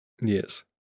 Yes